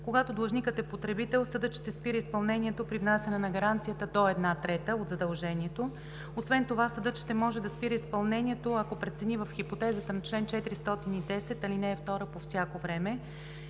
Когато длъжникът е потребител, съдът ще спира изпълнението при внасяне на гаранцията до една трета от задължението. Освен това съдът ще може да спира изпълнението, ако прецени в хипотезата на чл. 410, ал. 2 по всяко време